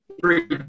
three